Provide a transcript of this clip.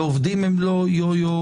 ועובדים הם לא יויו,